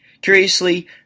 Curiously